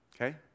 okay